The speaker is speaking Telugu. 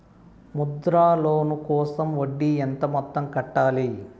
ముద్ర లోను కోసం వడ్డీ ఎంత మొత్తం కట్టాలి